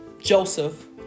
Joseph